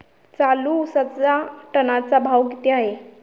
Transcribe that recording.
चालू उसाचा टनाचा भाव किती आहे?